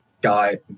guy